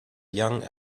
young